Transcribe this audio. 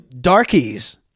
darkies